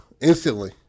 instantly